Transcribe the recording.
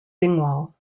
dingwall